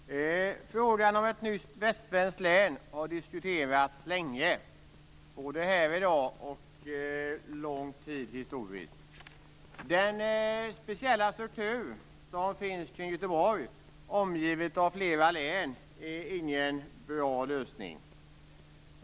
Fru talman! Frågan om ett nytt västsvenskt län har diskuterats länge både i dag och historiskt. Den speciella struktur som finns kring Göteborg, som är omgivet av flera län, är ingen bra lösning.